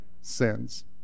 sins